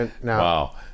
Wow